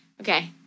Okay